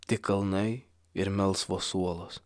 tik kalnai ir melsvos uolos